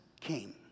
came